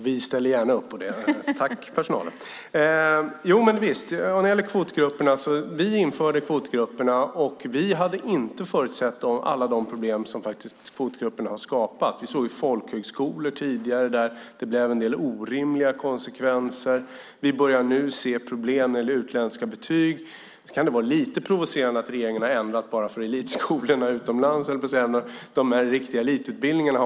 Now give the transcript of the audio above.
Fru talman! Vi införde kvotgrupperna. Vi hade inte förutsett alla de problem som kvotgrupperna har skapat. Vi såg tidigare folkhögskolor där det blev en del orimliga konsekvenser. Vi börjar nu se problem med utländska betyg. Det är lite provocerande att regeringen har ändrat kvotgrupperna bara för de riktiga elitutbildningarna.